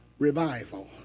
Revival